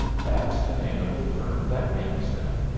that's the name of the firm that makes them.